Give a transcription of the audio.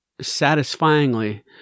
satisfyingly